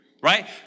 right